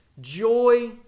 joy